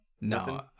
No